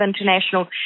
international